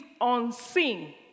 unseen